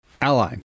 Ally